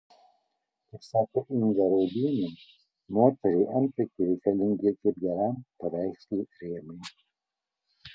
kaip sako inga raudienė moteriai antakiai reikalingi kaip geram paveikslui rėmai